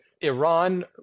Iran